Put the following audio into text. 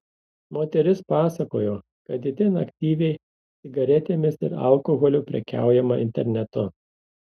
moteris pasakojo kad itin aktyviai cigaretėmis ir alkoholiu prekiaujama internetu